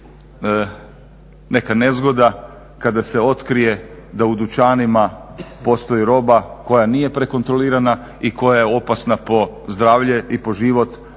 neka nezgoda, kada se otkrije da u dućanima postoji roba koja nije prekontrolirana i koja je opasna po zdravlje i po život